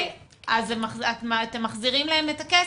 אז אתם מחזירים להם את הכסף,